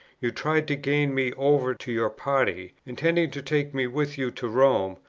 you tried to gain me over to your party, intending to take me with you to rome,